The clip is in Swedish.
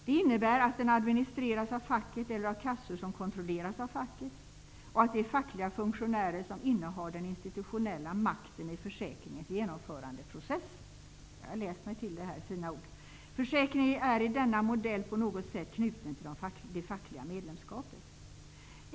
Det innebär att den administreras av facket eller av kassor som kontrolleras av facket och att det är fackliga funktionärer som innehar den institutionella makten i försäkringens genomförandeprocess -- dessa fina ord har jag läst mig till. Försäkringen är i denna modell på något sätt knuten till det fackliga medlemskapet.